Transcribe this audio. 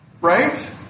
right